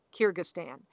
Kyrgyzstan